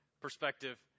perspective